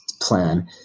plan